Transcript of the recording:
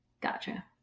Gotcha